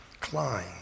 Klein